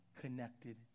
connected